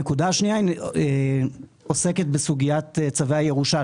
הנקודה השנייה עוסקת בסוגיית צווי הירושה,